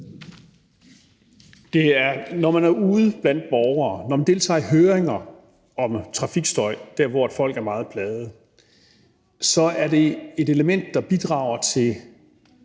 Når man er ude blandt borgere, og når man deltager i høringer om trafikstøj der, hvor folk er meget plagede, er det et element, der bidrager til